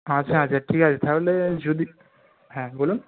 আচ্ছা আচ্ছা ঠিক আছে তাহলে যদি হ্যাঁ বলুন